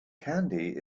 candy